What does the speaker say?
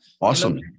awesome